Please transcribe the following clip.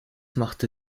machte